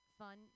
fun